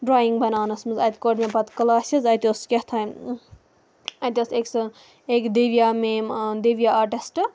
drawing بَناونَس منٛز اَتہِ کوٚر مےٚ پَتہٕ کٕلاسِز اَتہِ اوس کیٛاہ تھانۍ اَتہِ ٲس أیٚکہِ سُہ ایٚکہِ دیویا میم دیویا آٹِسٹ